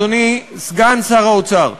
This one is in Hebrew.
אדוני סגן שר האוצר,